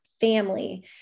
family